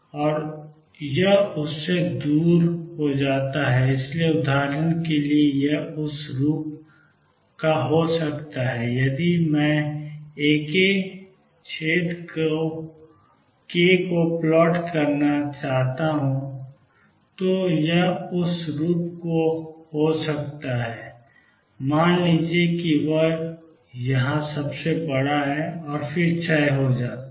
और यह इससे दूर हो जाता है इसलिए उदाहरण के लिए यह उस रूप का हो सकता है यदि मैं A k छंद k को प्लॉट करने जाता हूं तो यह उस रूप का हो सकता है मान लीजिए कि यह वहां सबसे बड़ा है और फिर क्षय हो जाता है